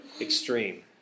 extreme